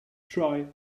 try